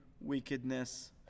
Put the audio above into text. wickedness